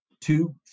two